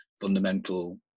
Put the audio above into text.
fundamental